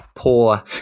Poor